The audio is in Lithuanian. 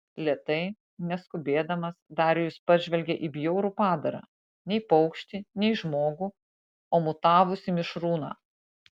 lėtai neskubėdamas darijus pažvelgė į bjaurų padarą nei paukštį nei žmogų o mutavusį mišrūną